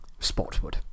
Spotwood